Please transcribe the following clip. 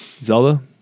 Zelda